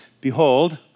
Behold